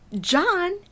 John